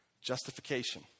justification